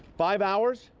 five hours?